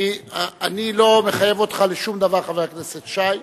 אני לא מחייב אותך לשום דבר, חבר הכנסת שי.